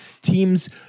Teams